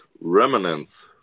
remnants